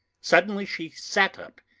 suddenly she sat up,